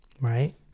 Right